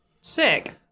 Sick